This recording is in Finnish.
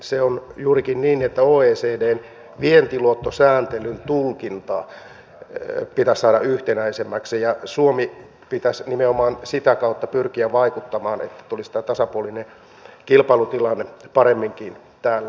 se on juurikin niin että oecdn vientiluottosääntelyn tulkintaa pitäisi saada yhtenäisemmäksi ja suomen pitäisi nimenomaan sitä kautta pyrkiä vaikuttamaan että tulisi tämä tasapuolinen kilpailutilanne paremminkin täällä